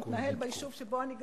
מתנהל ביישוב שבו אני גרה,